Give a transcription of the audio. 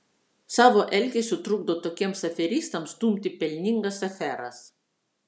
savo elgesiu trukdo tokiems aferistams stumti pelningas aferas